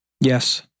Yes